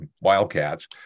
Wildcats